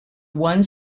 one